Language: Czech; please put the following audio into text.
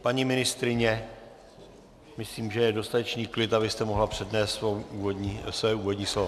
Paní ministryně, myslím, že je dostatečný klid, abyste mohla přednést své úvodní slovo.